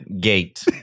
Gate